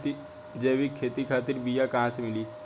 जैविक खेती खातिर बीया कहाँसे मिली?